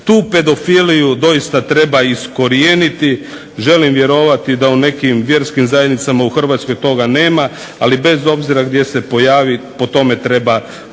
Tu pedofiliju doista treba iskorijeniti. Želim vjerovati da u nekim vjerskim zajednicama u Hrvatskoj toga nema, ali bez obzira gdje se pojavi po tome treba udariti.